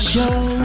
Show